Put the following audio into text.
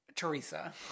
Teresa